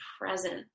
present